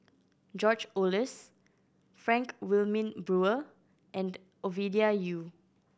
George Oehlers Frank Wilmin Brewer and Ovidia Yu